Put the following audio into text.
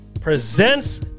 Presents